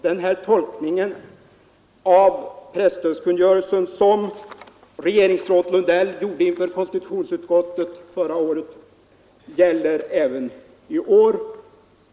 Den tolkning av presstödkungörelsen som regeringsrådet Lundell gjorde inför konstitutionsutskottet förra året gäller även i år.